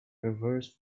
perverse